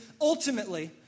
ultimately